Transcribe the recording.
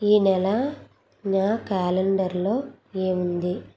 ఈ నెల నా క్యాలెండర్లో ఏమి ఉంది